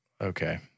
Okay